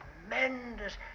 tremendous